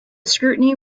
scrutiny